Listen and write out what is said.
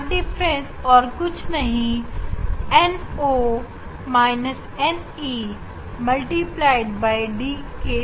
path difference और कुछ नहीं d के बराबर है